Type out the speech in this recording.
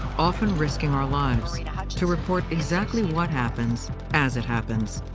often risking our lives to report exactly what happens as it happens.